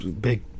big